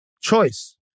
choice